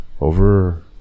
Over